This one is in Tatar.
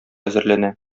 әзерләнә